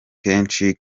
kenshi